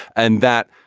and that,